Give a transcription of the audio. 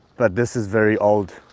but this is very old,